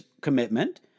commitment